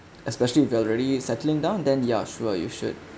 especially if elderly settling down then ya sure you should